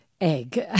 egg